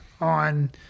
on